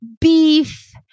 beef